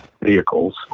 vehicles